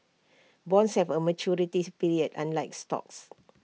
bonds have A maturities period unlike stocks